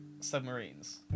submarines